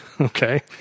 Okay